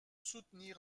soutenir